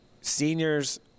seniors